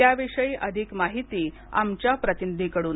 त्याविषयी अधिक माहिती आमच्या प्रतिनिधीकडून